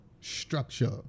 structure